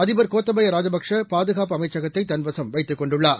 அதிபர் கோத்தபயராஜபக்சே பாதுகாப்பு அமைச்சகத்தைதன்வசும் வைத்துக் கொண்டுள்ளார்